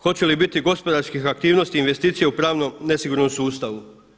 Hoće li biti gospodarskih aktivnosti, investicija u pravno nesigurnom sustavu?